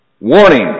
Warning